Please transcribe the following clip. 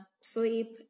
sleep